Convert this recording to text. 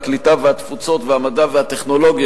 הקליטה והתפוצות ובוועדת המדע והטכנולוגיה,